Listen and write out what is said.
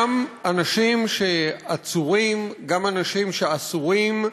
גם אנשים שעצורים, גם אנשים שאסורים,